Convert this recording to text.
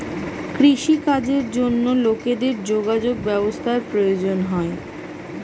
কৃষি কাজের জন্য লোকেদের যোগাযোগ ব্যবস্থার প্রয়োজন হয়